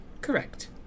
Correct